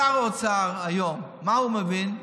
שר האוצר היום, מה הוא מבין?